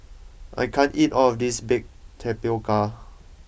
I can't eat all of this Baked Tapioca